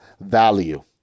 value